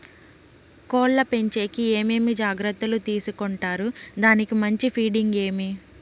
కోళ్ల పెంచేకి ఏమేమి జాగ్రత్తలు తీసుకొంటారు? దానికి మంచి ఫీడింగ్ ఏమి?